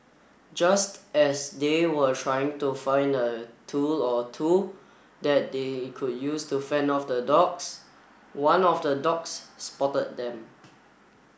just as they were trying to find a tool or two that they could use to fend off the dogs one of the dogs spotted them